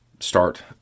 start